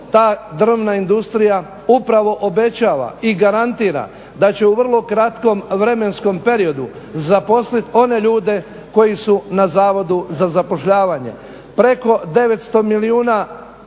ta drvna industrija upravo obećava i garantira da će u vrlo kratkom vremenskom periodu zaposliti one ljude koji su na zavodu za zapošljavanje.